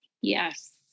Yes